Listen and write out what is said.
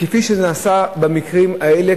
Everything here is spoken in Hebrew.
כפי שזה נעשה במקרים האלה,